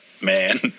man